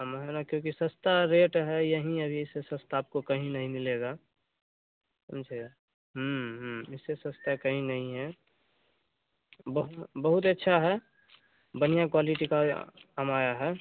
हमारा क्योंकि सस्ता रेट है यही अभी से सस्ता आपको कहीं नहीं मिलेगा समझे इससे सस्ता कहीं नहीं है बहुत अच्छा है बढ़िया क्वालिटी का आम आया है